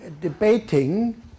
debating